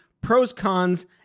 pros-cons